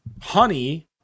honey